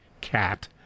cat